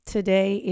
Today